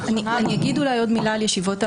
אני אומר עוד מילה על ישיבות ההכנה,